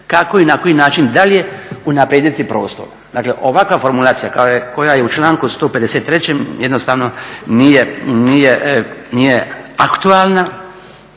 kako i na koji način dalje unaprijediti prostor. Dakle, ovakva formulacija koja je u članku 153. jednostavno nije aktualna,